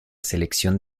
selección